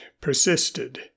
persisted